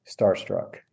starstruck